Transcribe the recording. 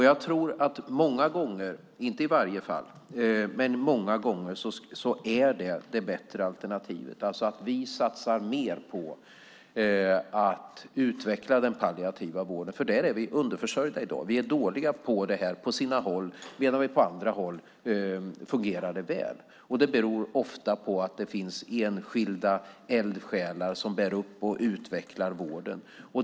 Jag tror att det, inte i varje fall men många gånger, är det bättre alternativet, alltså att vi satsar mer på att utveckla den palliativa vården, för där är vi underförsörjda i dag. Vi är dåliga på det här på sina håll, medan det på andra håll fungerar väl. Det beror ofta på att det finns enskilda eldsjälar som bär upp och utvecklar vården.